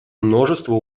множество